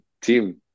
team